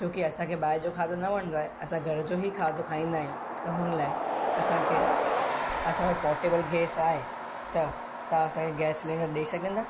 छोकी असांखे ॿाहिरि जो खाधो न वणंदो आहे असां घर जो ई खाधो खाईंदा आयूं त हुन लाइ असांखे असां वटि पोर्टेबल गैस आहे त तव्हां असांखे गैस सिलैंडर ॾेई सघंदा